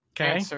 Okay